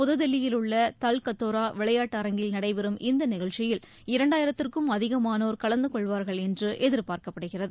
புதுதில்லியிலுள்ள தல் கத்தோரா விளையாட்டு அரங்கில் நடைபெறும் இந்த நிகழ்ச்சியில் இரண்டாயிரத்திற்கும் அதிகமானோர் கலந்து கொள்வார்கள் என்று எதிர்பார்க்கப்படுகிறது